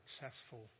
successful